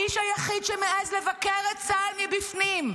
האיש היחיד שמעז לבקר את צה"ל מבפנים,